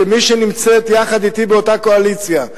כמי שנמצאת יחד אתי באותה קואליציה.